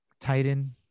titan